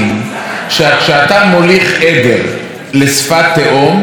כשאתה מוליך עדר לשפת תהום,